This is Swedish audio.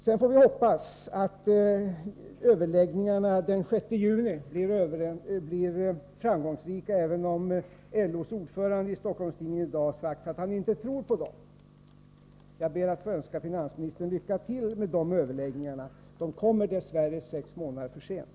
Sedan får vi hoppas att överläggningarna den 6 juni blir framgångsrika, även om LO:s ordförande i Stockholmstidningen sagt att han inte tror på dem. Jag ber att få önska finansministern lycka till med de överläggningarna; de kommer dess värre sex månader för sent.